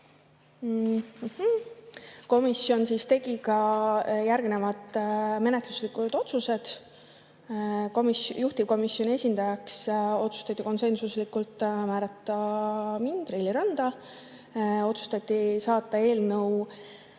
Komisjon tegi järgmised menetluslikud otsused. Juhtivkomisjoni esindajaks otsustati konsensuslikult määrata mind, Reili Randa. Otsustati saata eelnõu